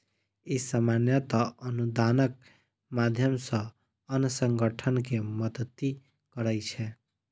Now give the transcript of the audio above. ई सामान्यतः अनुदानक माध्यम सं अन्य संगठन कें मदति करै छै